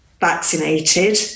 vaccinated